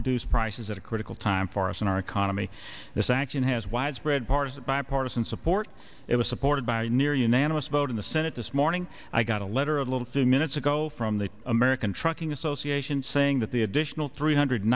reduce prices at a critical time for us and our economy this action has widespread parr's bipartisan support it was supported by a near unanimous vote in the senate this morning i got a letter a little two minutes ago from the american trucking association saying that the additional three hundred